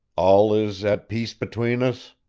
all is at peace between us?